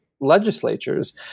legislatures